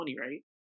right